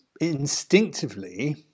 instinctively